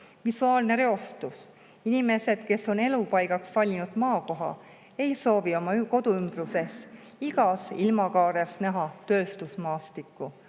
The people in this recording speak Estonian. Visuaalne reostus. Inimesed, kes on elupaigaks valinud maakoha, ei soovi oma kodu ümbruses igas ilmakaares näha tööstusmaastikku.